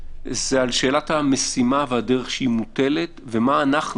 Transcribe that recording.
זה לגבי שאלת המשימה והדרך שהיא מוטלת, ומה אנחנו